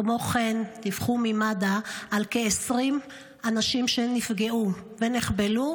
כמו כן דיווחו ממד"א על כ-20 אנשים שנפגעו ונחבלו,